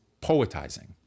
poetizing